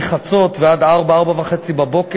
מחצות ועד 04:00 04:30,